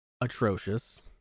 atrocious